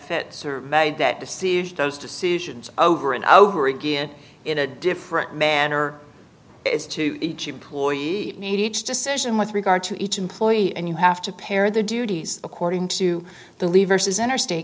fetzer made that deceive those decisions over and over again in a different manner it's to each employee need each decision with regard to each employee and you have to pair the duties according to the lever says enter state